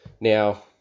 now